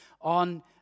on